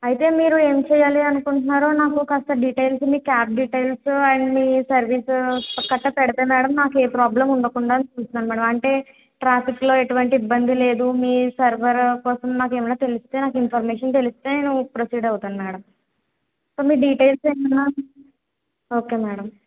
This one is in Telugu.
అయితే మీరు ఏం చెయ్యాలి అనుకుంటున్నారో నాకు కాస్త డిటైల్సు మీ క్యాబ్ డిటైల్సు యండ్ మీ సర్వీసు గట్రా పెడితే మేడం నాకు ప్రాబ్లెమ్ ఉండకుండా చూసుకోండి మేడం అంటే ట్రాఫిక్లో ఎటువంటి ఇబ్బంది లేదు మీ సర్వరు కోసం నాకేమన్నా తెలిస్తే నాకు ఇన్ఫర్మేషన్ తెలిస్తే ప్రొసీడ్ అవుతాను మేడం సో మీ డీటెయిల్స్ ఏమైనా ఓకే మేడం